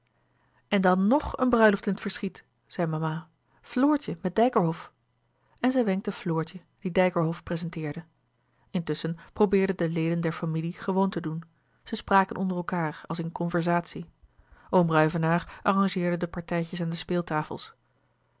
en dan ng een bruiloft in het verschiet zei mama floortje met dijkerhof en zij wenkte floortje die dijkerhof prezenteerde intusschen probeerden de leden der familie gewoon te doen zij spraken onder elkaâr als in conversatie oom ruyvenaer arrangeerde de partijtjes aan de